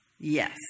Yes